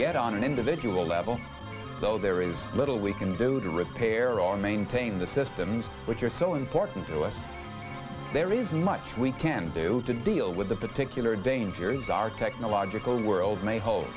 yet on an individual level so there is little we can do to repair our maintain the systems which are so important to us there is much we can do to deal with the particular dangers our technological world may hol